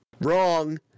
Wrong